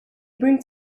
brings